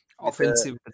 offensive